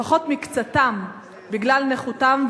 לפחות מקצתם בגלל נכותם.